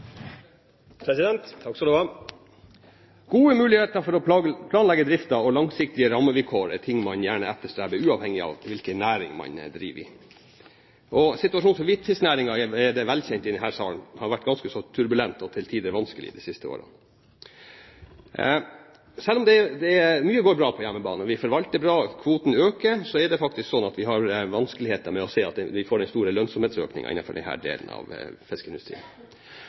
man gjerne etterstreber, uavhengig av hvilken næring man driver i. Situasjonen for hvitfisknæringen er vel kjent her i denne salen. Den har vært ganske så turbulent og til tider vanskelig de siste årene. Selv om mye går bra på hjemmebane, vi forvalter bra, og kvoten øker, er det faktisk slik at vi har vanskeligheter med å se at vi får den store lønnsomhetsøkningen innenfor denne delen av fiskeindustrien.